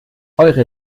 eure